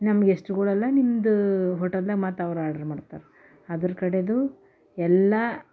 ನಮ್ಮ ಗೆಸ್ಟುಗಳೆಲ್ಲ ನಿಮ್ಮದು ಹೋಟೆಲ್ದಾಗ ಮತ್ತೆ ಅವ್ರು ಆರ್ಡರ್ ಮಾಡ್ತಾರೆ ಅದರ ಕಡೆದು ಎಲ್ಲ